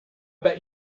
bet